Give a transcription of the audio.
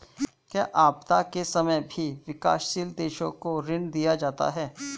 क्या आपदा के समय भी विकासशील देशों को ऋण दिया जाता है?